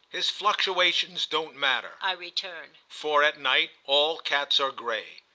his fluctuations don't matter, i returned, for at night all cats are grey.